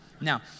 Now